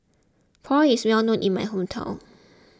Pho is well known in my hometown